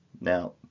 now